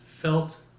felt